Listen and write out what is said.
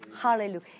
Hallelujah